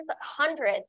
hundreds